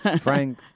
Frank